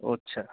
अच्छा